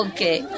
Okay